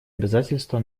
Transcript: обязательства